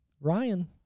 Ryan